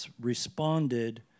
responded